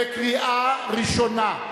בקריאה ראשונה.